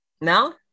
No